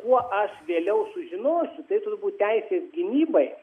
kuo aš vėliau sužinosiu tai turbūt teisės gynybai